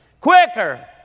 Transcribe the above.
quicker